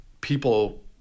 people